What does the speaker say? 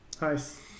Nice